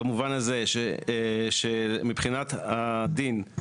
במובן הזה, מבחינת הדין,